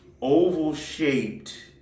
oval-shaped